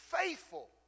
faithful